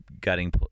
gutting